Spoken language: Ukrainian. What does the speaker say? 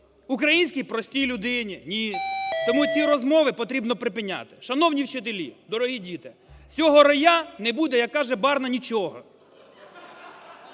українській простій людині? Ні. Тому ці розмови потрібно припиняти. Шановні вчителі, дорогі діти, з цього роя не буде, як каже Барна, нічого.